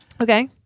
okay